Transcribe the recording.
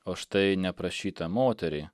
o štai neprašytą moterį